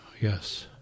Yes